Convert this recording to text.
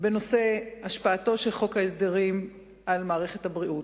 בנושא השפעתו של חוק ההסדרים על מערכת הבריאות,